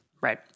Right